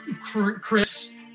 Chris